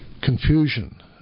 confusion